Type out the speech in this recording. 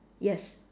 yes